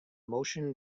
motion